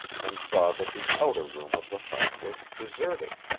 and saw that the outer room of the hut was deserted.